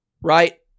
right